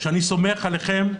שאני סומך עליכם,